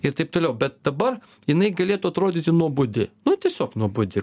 ir taip toliau bet dabar jinai galėtų atrodyti nuobodi nu tiesiog nuobodi